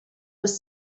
was